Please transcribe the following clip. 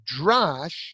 drash